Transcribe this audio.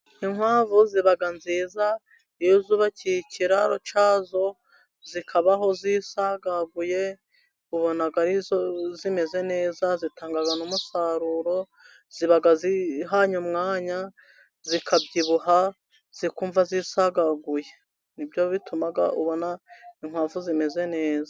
Inkwavu ziba nziza iyo zubakiye ikiraro cyazo zikabaho zisagaguye ubona arizo zimeze neza , zitanga n'umusaruro ziba zihanye umwanya zikabyibuha , zikumva zisagaguye nibyo bituma ubona inkwavu zimeze neza.